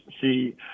see